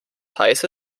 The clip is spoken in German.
heiße